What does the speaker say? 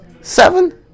seven